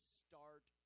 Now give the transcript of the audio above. start